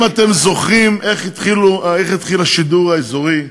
אם אתם זוכרים איך התחיל השידור האזורי,